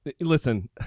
Listen